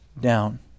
down